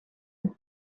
with